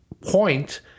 point